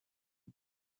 day